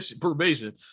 probation